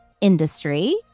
industry